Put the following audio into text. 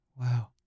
Wow